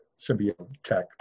symbiotech